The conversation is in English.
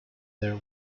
their